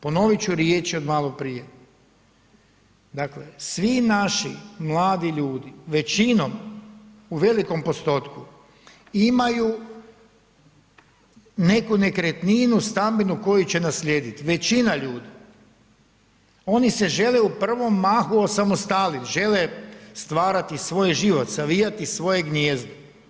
Ponoviti ću riječi od malo prije, dakle svi naši mladi ljudi većinom, u velikom postotku imaju neku nekretninu stambenu koju će naslijediti, većina ljudi, oni se žele u prvom mahu osamostaliti, žele stvarati svoj život, savijati svoje gnijezdo.